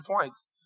points